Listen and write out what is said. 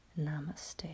Namaste